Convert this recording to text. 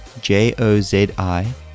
J-O-Z-I